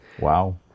Wow